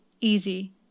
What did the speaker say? easy